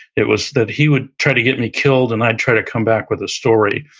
it was that he would try to get me killed and i'd try to come back with a story.